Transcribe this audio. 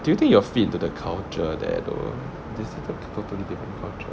do you think you will fit into the culture there though this is a totally different culture